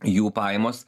jų pajamos